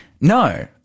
No